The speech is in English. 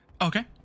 Okay